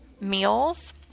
meals